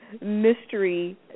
mystery